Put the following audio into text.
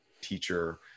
teacher